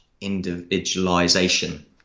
individualization